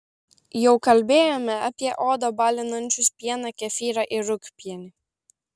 jau kalbėjome apie odą balinančius pieną kefyrą ir rūgpienį